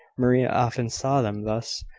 maria often saw them thus,